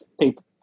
people